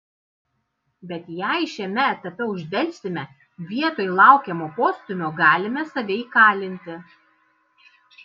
bet jei šiame etape uždelsime vietoj laukiamo postūmio galime save įkalinti